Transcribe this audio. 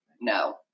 No